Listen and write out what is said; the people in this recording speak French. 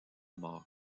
mort